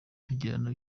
tugirana